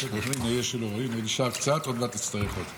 תשתה לאט, תקרא את ההודעות.